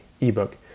ebook